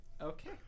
Okay